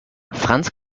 franz